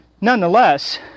nonetheless